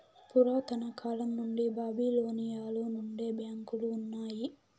పురాతన కాలం నుండి బాబిలోనియలో నుండే బ్యాంకులు ఉన్నాయి